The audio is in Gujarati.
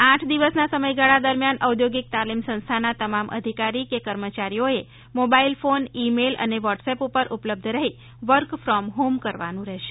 આ આઠ દિવસના સમયગાળા દરમિયાન ઔદ્યોગિક તાલીમ સંસ્થાના તમામ અધિકારી કે કર્મચારીઓએ મોબાઇલ ફોન ઇ મેઇલ અને વોટ્સએપ પર ઉપલબ્ધ રહી વર્ક ફોમ હોમ કરવાનું રહેશે